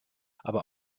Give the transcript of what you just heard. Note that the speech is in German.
aber